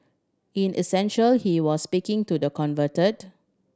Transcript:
in essential he was speaking to the converted